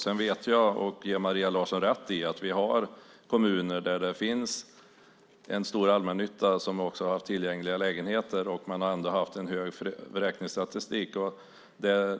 Sedan vet jag och ger Maria Larsson rätt i att vi har kommuner där det finns en stor allmännytta som också har haft tillgängliga lägenheter där man ändå har haft en hög vräkningsstatistik.